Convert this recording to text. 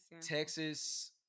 Texas